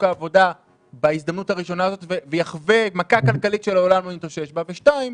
העבודה ויחווה מכה כלכלית שלעולם לא יתאושש ממנה.